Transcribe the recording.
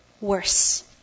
worse